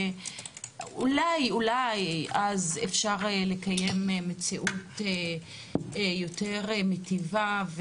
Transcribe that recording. אולי אז אפשר לקיים מציאות יותר מיטיבה,